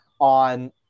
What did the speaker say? on